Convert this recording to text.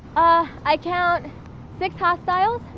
ah i count six hostiles,